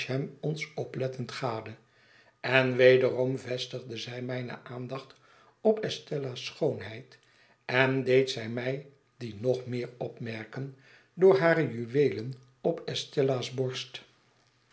ons oplettend gade en wederom vestigde zij mijne aandacht op estella's schoonheid en deed zij mij die nog meer opmerken door hare juweelen op estella's borst